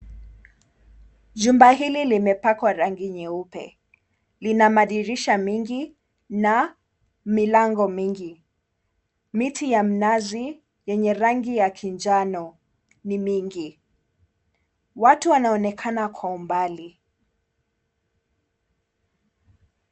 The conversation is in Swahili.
Jumba hili limepakwa rangi nyeupe, lina madirisha mingi na milango mingi, miti ya mnazi yenye rangi ya kijano ni mingi. Watu wanonekana kwa umbali.